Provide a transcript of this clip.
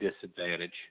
disadvantage